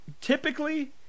typically